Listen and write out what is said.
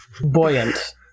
Buoyant